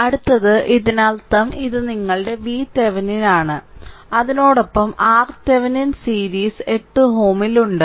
അടുത്തത് ഇതിനർത്ഥം ഇത് നിങ്ങളുടെ VThevenin ആണ് അതിനൊപ്പം RThevenin സീരീസ് 8 Ω ൽ ഉണ്ട്